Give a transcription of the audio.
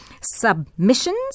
submissions